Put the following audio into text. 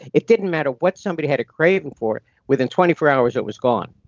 it didn't matter what somebody had a craving for within twenty four hours it was gone.